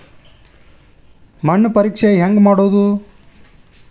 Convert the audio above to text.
ಮಣ್ಣು ಪರೇಕ್ಷೆ ಹೆಂಗ್ ಮಾಡೋದು?